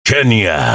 Kenya